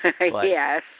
Yes